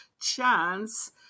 chance